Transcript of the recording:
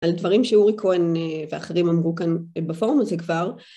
על דברים שאורי כהן ואחרים אמרו כאן בפורום הזה כבר.